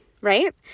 right